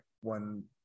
one